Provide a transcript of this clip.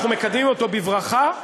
אנחנו מקדמים אותו בברכה,